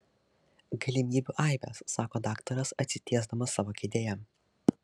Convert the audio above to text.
galimybių aibės sako daktaras atsitiesdamas savo kėdėje